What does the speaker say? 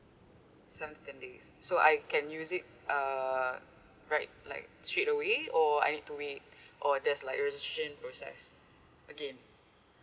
seven to ten days so I can use it uh right like straight away or I need to wait or just like registration process again